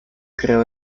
creó